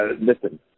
listen